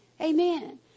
Amen